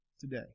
today